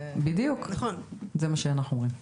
בדיוק, זה מה שאנחנו אומרים.